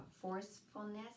forcefulness